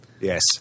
yes